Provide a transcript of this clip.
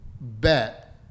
bet